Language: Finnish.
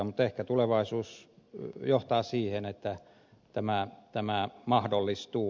mutta ehkä tulevaisuus johtaa siihen että tämä mahdollistuu